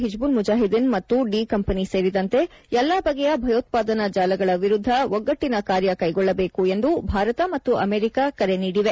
ಹಿಜ್ಬುಲ್ ಮುಜಾಹಿದ್ದೀನ್ ಮತ್ತು D company ಸೇರಿದಂತೆ ಎಲ್ಲ ಬಗೆಯ ಭಯೋತ್ವಾದನಾ ಜಾಲಗಳ ವಿರುದ್ದ ಒಗ್ಗಟ್ಟಿನ ಕಾರ್ಯ ಕೈಗೊಳ್ಳಬೇಕು ಎಂದು ಭಾರತ ಮತ್ತು ಅಮೆರಿಕಾ ಕರೆ ನೀಡಿವೆ